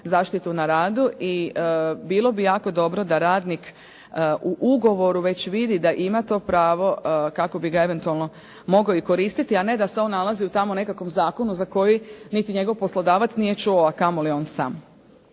zaštitu na radu i bilo bi jako dobro da radnik u ugovoru već vidi da ima to pravo kako bi ga eventualno mogao i koristiti, a ne da se on nalazi u tamo nekakvom zakonu za koji niti njegov poslodavac nije čuo, a kamoli on sam.